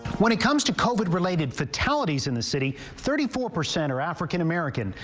when it comes to covid-related fatalities in the city. thirty four percent are african-american,